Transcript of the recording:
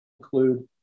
include